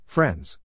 Friends